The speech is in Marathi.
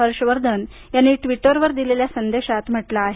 हर्ष वर्धन यांनी ट्विटरवर दिलेल्या संदेशात म्हटलं आहे